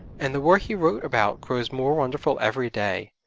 and the war he wrote about grows more wonderful every day.